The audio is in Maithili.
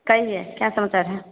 कहिए क्या समाचार है